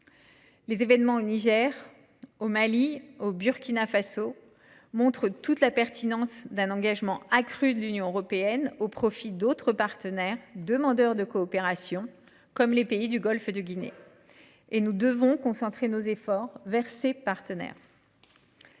Les événements au Niger, au Mali et au Burkina Faso montrent toute la pertinence d’un engagement accru de l’Union européenne au profit d’autres partenaires, demandeurs de coopération, comme les pays du golfe de Guinée. Nous devons concentrer nos efforts en direction de ces partenaires.